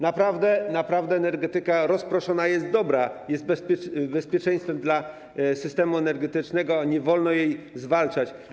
Naprawdę energetyka rozproszona jest dobra, jest bezpieczeństwem dla systemu energetycznego, nie wolno jej zwalczać.